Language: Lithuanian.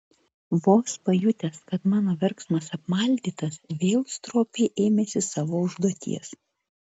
vos pajutęs kad mano verksmas apmaldytas vėl stropiai ėmėsi savo užduoties